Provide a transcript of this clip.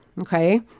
okay